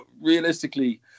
realistically